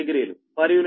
u